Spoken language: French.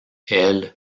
elle